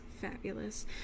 fabulous